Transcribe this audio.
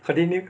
continue